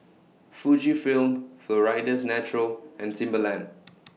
Fujifilm Florida's Natural and Timberland